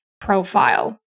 profile